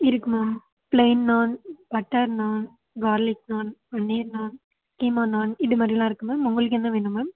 இருக்குது ma'am plain naan butter naan garlic naan paneer naan keema naan இதுமாதிரிலாம் இருக்குது மேம் உங்களுக்கு என்ன வேணும் மேம்